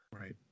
Right